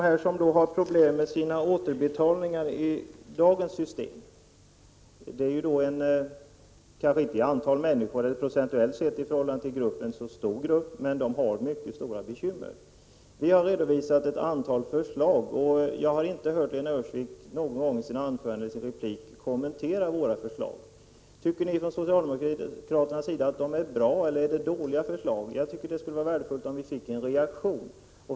De som har problem med återbetalningar enligt dagens system är kanske inte en till antalet människor eller procentuellt sett särskilt stor grupp, men de har mycket stora bekymmer. Vi har redovisat ett antal förslag, men jag har inte hört Lena Öhrsvik någon gång i sitt anförande eller i sin replik kommentera våra förslag. Tycker socialdemokraterna att förslagen är bra eller dåliga? Det vore värdefullt om vi fick en reaktion.